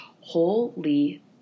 holy